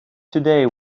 today